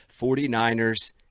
49ers